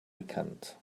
bekannt